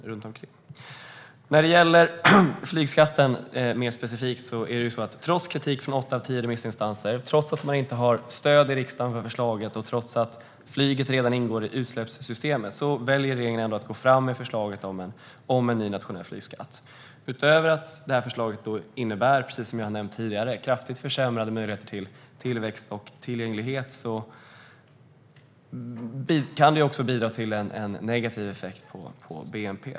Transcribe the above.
När det gäller flygskatten mer specifikt är det så att regeringen väljer att gå fram med förslaget om en ny nationell flygskatt, trots kritik från åtta av tio remissinstanser, trots att man inte har stöd i riksdagen för förslaget och trots att flyget redan ingår i utsläppssystemet. Utöver att detta förslag, som jag tidigare nämnt, innebär kraftigt försämrade möjligheter till tillväxt och tillgänglighet kan det också bidra till en negativ effekt på bnp.